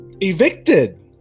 evicted